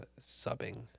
subbing